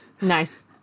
Nice